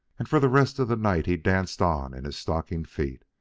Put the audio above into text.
and for the rest of the night he danced on in his stocking feet,